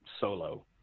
solo